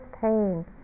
pain